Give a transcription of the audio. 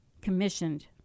commissioned